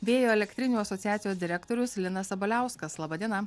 vėjo elektrinių asociacijos direktorius linas sabaliauskas laba diena